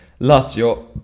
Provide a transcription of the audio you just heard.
Lazio